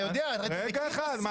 אתה יודע --- רגע אחד,